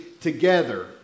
together